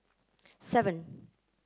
seven